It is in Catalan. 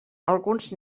alguns